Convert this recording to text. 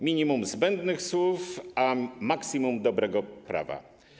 Minimum zbędnych słów, a maksimum dobrego prawa.